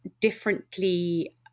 differently